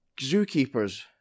zookeepers